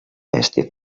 bèstia